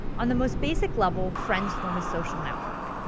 on the most basic level friends form a social network.